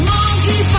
Monkey